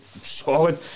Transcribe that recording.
solid